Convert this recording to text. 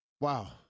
Wow